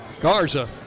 Garza